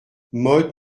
modes